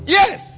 yes